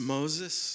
Moses